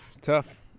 tough